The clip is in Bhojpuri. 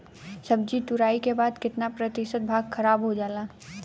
सब्जी तुराई के बाद केतना प्रतिशत भाग खराब हो जाला?